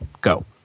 Go